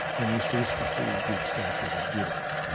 when we cease to see greek statues as beautiful.